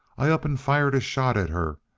i up and fired a shot at her,